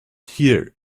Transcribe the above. here